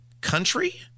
country